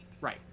Right